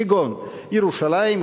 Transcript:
כגון ירושלים,